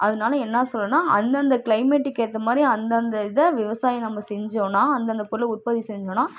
அதனால் என்ன சொல்கிறன்னா அந்தந்த கிளைமேட்டுக்கு ஏத்த மாதிரி அந்தந்த இத விவசாயம் நம்ம செஞ்சோம்னா அந்தந்த பொருளை உற்பத்தி செஞ்சோம்னா